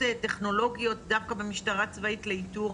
טכנולוגיות דווקא במשטרה צבאית לאיתור.